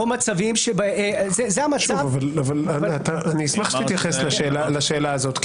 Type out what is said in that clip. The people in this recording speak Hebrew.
שוב, אני אשמח שתתייחס לשאלה הזאת.